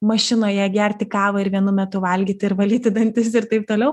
mašinoje gerti kavą ir vienu metu valgyti ir valyti dantis ir taip toliau